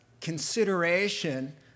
consideration